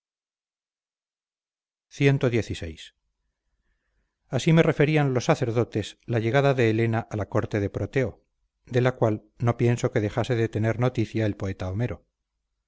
enemigo cxvi así me referían los sacerdotes la llegada de helena a la corte de proteo de la cual no pienso que dejase de tener noticia el poeta homero